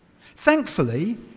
Thankfully